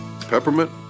peppermint